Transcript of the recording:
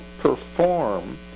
perform